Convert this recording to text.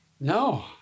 no